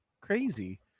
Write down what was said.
crazy